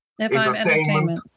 Entertainment